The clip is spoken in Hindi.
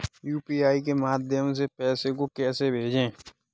यू.पी.आई के माध्यम से पैसे को कैसे भेजें?